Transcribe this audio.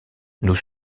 nous